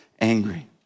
angry